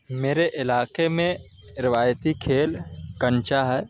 میرے علاقے میں روایتی کھیل کنچا ہے